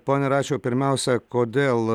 pone račiau pirmiausia kodėl